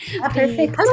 Perfect